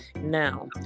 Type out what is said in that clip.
Now